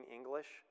English